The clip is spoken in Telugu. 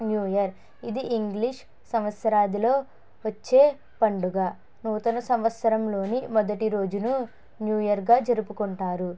న్యూ ఇయర్ ఇది ఇంగ్లీష్ సంవత్సరాదిలో వచ్చే పండుగ నూతన సంవత్సరంలోని మొదటి రోజున న్యూ ఇయర్ గా జరుపుకుంటారు